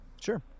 Sure